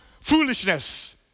foolishness